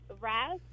Raz